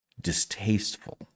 distasteful